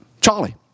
Charlie